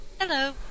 Hello